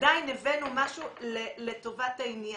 עדיין הבאנו משהו לטובת העניין.